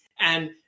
and-